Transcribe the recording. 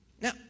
Now